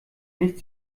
nicht